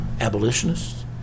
abolitionists